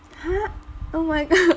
!huh! oh my god